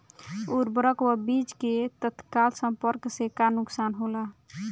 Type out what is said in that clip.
उर्वरक व बीज के तत्काल संपर्क से का नुकसान होला?